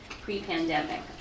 pre-pandemic